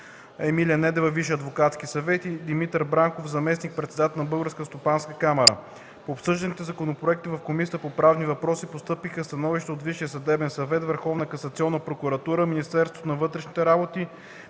Емилия Недева – Висш адвокатски съвет, и Димитър Бранков – заместник председател на Българската стопанска камара. По обсъжданите законопроекти в Комисията по правни въпроси постъпиха становища от Висшия съдебен съвет, Върховната касационна прокуратура, Министерството на вътрешните работи,